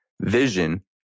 Vision